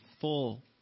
full